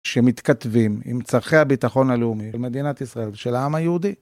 שמתכתבים עם צרכי הביטחון הלאומי במדינת ישראל ושל העם היהודי.